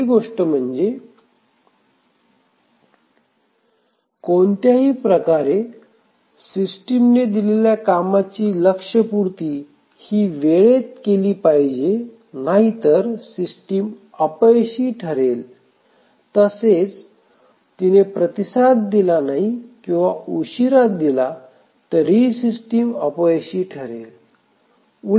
पहिली गोष्ट म्हणजे कोणत्यातरी प्रकारे सिस्टीमने दिलेल्या कामाची लक्ष्यपूर्ती ही वेळेत केली पाहिजे नाहीतर सिस्टीम अपयशी ठरेल तसेच तिने प्रतिसाद दिला नाही किंवा उशिरा दिला तरीही सिस्टिम अपयशी ठरेल